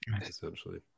essentially